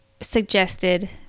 suggested